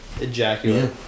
ejaculate